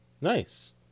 Nice